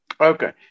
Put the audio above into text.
Okay